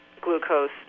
glucose